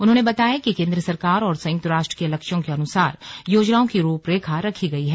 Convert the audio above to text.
उन्होंने बताया कि केंद्र सरकार और संयुक्त राष्ट्र के लक्ष्यों के अनुसार योजनाओं की रूपरेखा रखी गई है